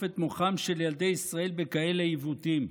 את מוחם של ילדי ישראל בכאלה עיוותים?